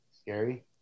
Scary